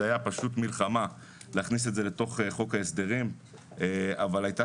את הייתה מלחמה להכניס את זה לתוך חוק ההסדרים אבל הייתה